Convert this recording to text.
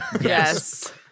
Yes